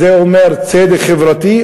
זה אומר צדק חברתי,